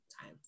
time